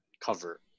cover